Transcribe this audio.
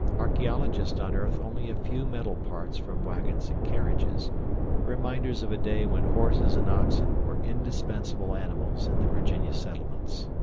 archeologists unearthed only a few metal parts from wagons and carriages reminders of a day when horses and oxen were indispensable animals in the virginia settlements.